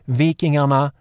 vikingarna